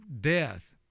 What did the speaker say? death